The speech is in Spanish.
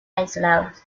aislados